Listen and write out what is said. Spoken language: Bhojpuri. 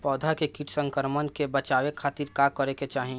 पौधा के कीट संक्रमण से बचावे खातिर का करे के चाहीं?